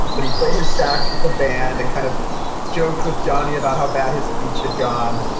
but he played his sax with the band and kind of joked with johnny about how bad his speech had gone.